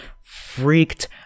freaked